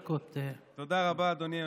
תודה רבה, אדוני היושב-ראש.